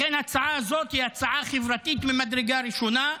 לכן ההצעה הזאת היא הצעה חברתית ממדרגה ראשונה,